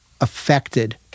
affected